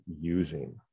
using